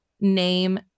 name